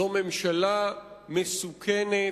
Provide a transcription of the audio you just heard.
זאת ממשלה מסוכנת,